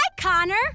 Connor